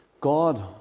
God